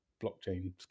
blockchain